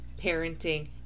parenting